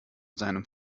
seinem